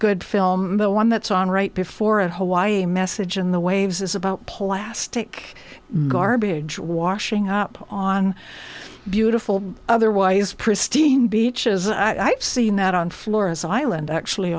good film the one that's on right before and hawaii a message in the waves is about plastic garbage washing up on beautiful otherwise pristine beaches i've seen that on flores island actually